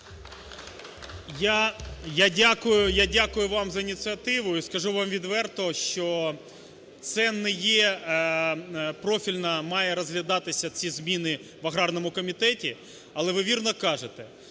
Я дякую вам за ініціативу, і скажу вам відверто, що це не є… профільно мають розглядатися ці зміни в аграрному комітеті, але ви вірно кажете.